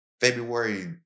February